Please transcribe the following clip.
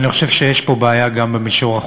אני חושב שיש פה בעיה גם במישור החוקי.